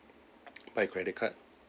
my credit card